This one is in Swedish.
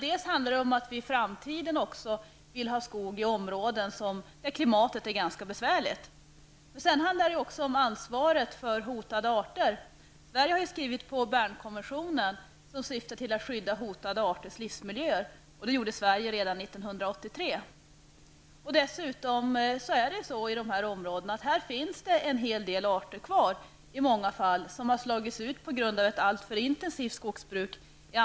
Dels handlar det om att vi i framtiden också vill ha skog i områden där klimatet är ganska besvärligt, dels handlar det om ansvaret för hotade arter. Sverige har ju skrivit på Bernkonventionen, som syftar till att skydda hotade arters livsmiljö. Det gjorde Sverige redan I dessa områden finns i många fall en hel del arter kvar som i andra delar av landet har slagits ut på grund av ett alltför intensivt skogsbruk.